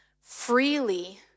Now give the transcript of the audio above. freely